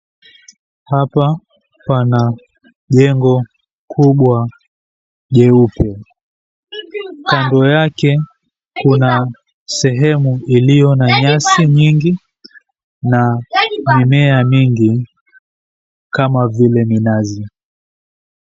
Hapa pana jengo kubwa leupe. Kando yake kuna sehemu iliyo na nyasi nyingi na mimea mingi kama vile minazi.